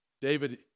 David